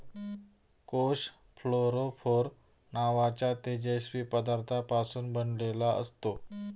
कोष फ्लोरोफोर नावाच्या तेजस्वी पदार्थापासून बनलेला असतो